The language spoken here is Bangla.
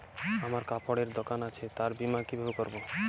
আমার কাপড়ের এক দোকান আছে তার বীমা কিভাবে করবো?